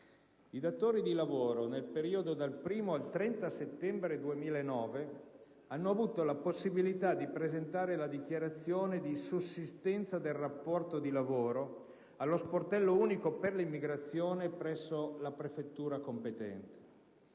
I datori di lavoro, nel periodo dal 1° al 30 settembre 2009, hanno avuto la possibilità dì presentare la dichiarazione di sussistenza del rapporto di lavoro allo sportello unico per l'immigrazione presso la prefettura competente.